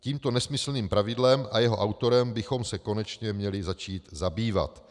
Tímto nesmyslným pravidlem a jeho autorem bychom se konečně měli začít zabývat.